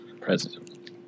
president